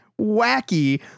wacky